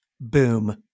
Boom